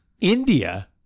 India